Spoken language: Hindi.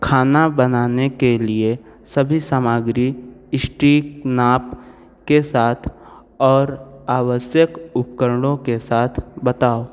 खाना बनाने के लिए सभी सामग्री सटीक नाप के साथ और आवश्यक उपकरणों के साथ बताओ